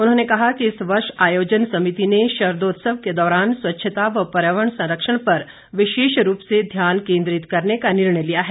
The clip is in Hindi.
उन्होंने कहा कि इस वर्ष आयोजन समिति ने शरदोत्सव के दौरान स्वच्छता व पर्यावरण संरक्षण पर विशेष रूप से ध्यान केंद्रित करने का निर्णय लिया है